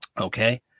Okay